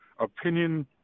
opinion